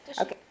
Okay